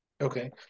Okay